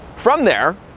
from there,